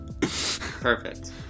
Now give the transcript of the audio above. Perfect